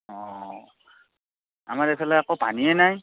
অ আমাৰ এইফালে আকৌ পানীয়ে নাই